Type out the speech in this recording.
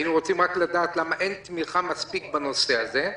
היינו רוצים לדעת למה אין מספיק תמיכה בנושא הזה,